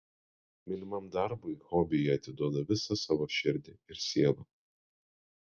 mylimam darbui hobiui jie atiduoda visą savo širdį ir sielą